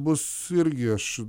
bus irgi aš